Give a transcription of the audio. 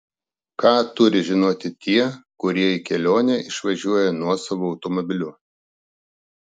ką turi žinoti tie kurie į kelionę išvažiuoja nuosavu automobiliu